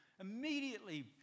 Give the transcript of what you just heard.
immediately